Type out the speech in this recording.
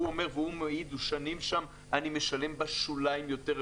הוא אומר: אני משלם בשוליים יותר,